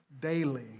daily